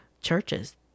churches